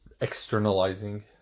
Externalizing